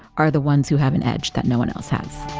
are the ones who have an edge that no one else has.